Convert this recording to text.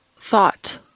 thought